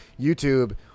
YouTube